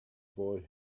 boy